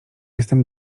jestem